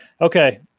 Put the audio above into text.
Okay